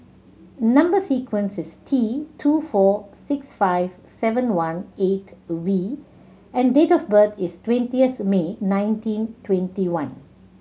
number sequence is T two four six five seven one eight V and date of birth is twenteith May nineteen twenty one